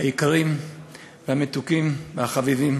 היקרים והמתוקים והחביבים,